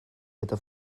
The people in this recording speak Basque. eta